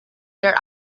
der